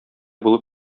булып